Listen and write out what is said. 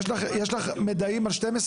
יש לך מידעים על 12,000?